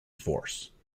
force